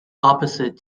opposite